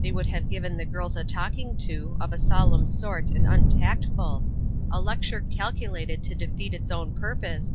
they would have given the girls a talking to, of a solemn sort and untactful a lecture calculated to defeat its own purpose,